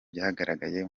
byagaragaye